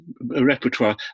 repertoire